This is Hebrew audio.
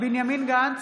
בנימין גנץ,